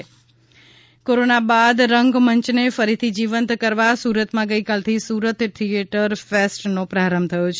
theatre fest corona બાદ રંગમંચને ફરીથી જીવંત કરવા સુરતમાં ગઇકાલથી સુરત થીચેટર ફેસ્ટનો પ્રારંભ થયો છે